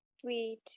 sweet